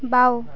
বাওঁ